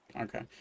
okay